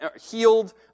healed